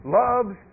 loves